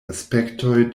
aspektoj